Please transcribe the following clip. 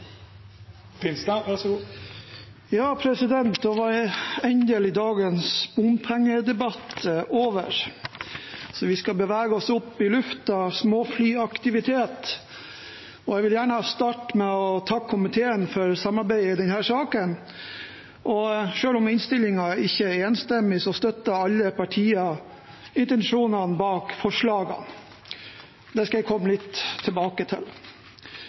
var endelig dagens bompengedebatt over, og vi skal bevege oss opp i luften, til småflyaktivitet. Jeg vil gjerne få starte med å takke komiteen for samarbeidet i denne saken. Selv om innstillingen ikke er enstemmig, støtter alle partier intensjonen bak forslagene. Det skal jeg komme litt tilbake til.